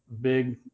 big